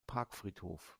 parkfriedhof